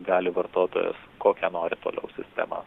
gali vartotojas kokią nori toliau sistemą